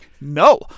no